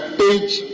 page